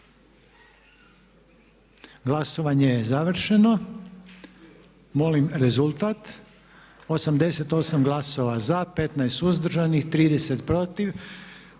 Glasovanje je završeno. Molim rezultat? 88 glasova za, 15 suzdržanih, 30 protiv.